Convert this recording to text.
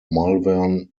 malvern